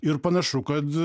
ir panašu kad